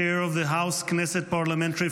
chair of the House-Knesset parliamentary group.